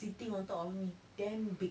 sitting on top of me damn big